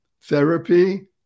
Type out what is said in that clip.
therapy